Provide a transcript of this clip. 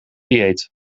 dieet